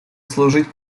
служить